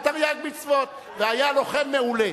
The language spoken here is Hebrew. על תרי"ג מצוות והיה לוחם מעולה.